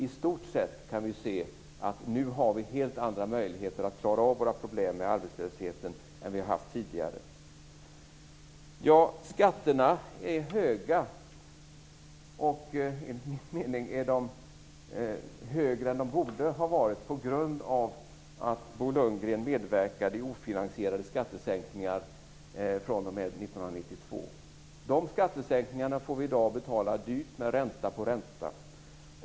I stort sett kan vi se att vi nu har helt andra möjligheter att klara av våra problem med arbetslösheten än vi har haft tidigare. Skatterna är höga, och enligt min mening är de högre än de borde vara på grund av att Bo Lundgren medverkade till ofinansierade skattesänkningar fr.o.m. 1992. Dessa skattesänkningar får vi i dag betala dyrt med ränta på ränta.